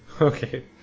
Okay